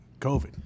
COVID